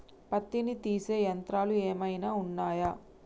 పత్తిని తీసే యంత్రాలు ఏమైనా ఉన్నయా?